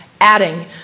adding